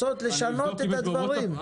לשנות את הדברים.